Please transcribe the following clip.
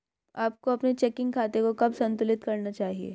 आपको अपने चेकिंग खाते को कब संतुलित करना चाहिए?